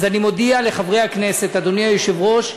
אז אני מודיע לחברי הכנסת, אדוני היושב-ראש,